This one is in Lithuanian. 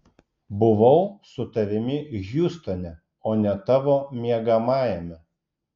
buvau su tavimi hjustone o ne tavo miegamajame